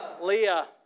Leah